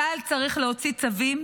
צה"ל צריך להוציא צווים